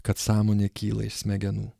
kad sąmonė kyla iš smegenų